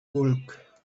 bulk